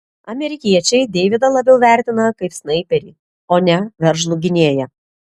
amerikiečiai deividą labiau vertina kaip snaiperį o ne veržlų gynėją